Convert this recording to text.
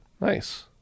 Nice